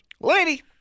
Lady